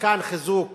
שחקן חיזוק